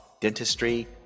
dentistry